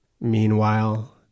Meanwhile